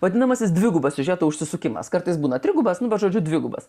vadinamasis dvigubas siužetų užsisukimas kartais būna trigubas nu žodžiu dvigubas